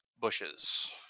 bushes